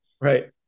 Right